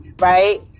right